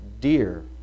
dear